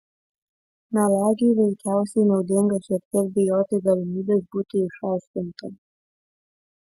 melagiui veikiausiai naudinga šiek tiek bijoti galimybės būti išaiškintam